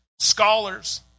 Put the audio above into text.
scholars